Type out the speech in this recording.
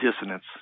dissonance